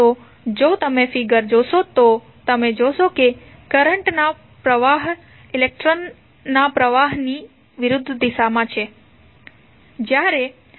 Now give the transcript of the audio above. તો જો તમે ફિગર જોશો તો તમે જોશો કે કરંટનો પ્રવાહ ઇલેક્ટ્રોનના પ્રવાહની દિશા ની વિરુદ્ધ છે